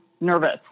nervous